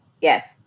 Yes